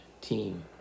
team